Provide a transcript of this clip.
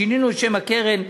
שינינו את שם הקרן,